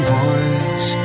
voice